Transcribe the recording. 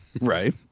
Right